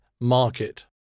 market